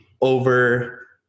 over